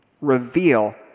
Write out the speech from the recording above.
reveal